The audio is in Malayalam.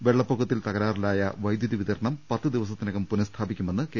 വെള്ളപ്പൊക്കത്തിൽ തകരാറിലായ വൈദ്യുതി വിതരണം പത്തുദിവസത്തിനകം പുനഃസ്ഥാപിക്കുമെന്ന് കെ